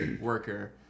worker